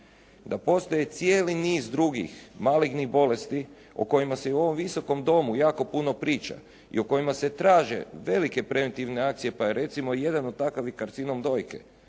da postoje cijeli niz drugih malignih bolesti o kojima se i u ovom Visokom domu jako puno priča i o kojima se traže velike preventivne akcije. Pa je recimo jedan od takvih i karcinom dojke